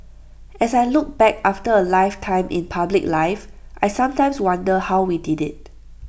as I look back after A lifetime in public life I sometimes wonder how we did IT